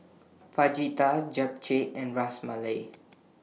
Fajitas Japchae and Ras Malai